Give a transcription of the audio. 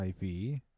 IV